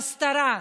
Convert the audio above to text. ההסתרה,